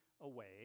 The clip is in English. away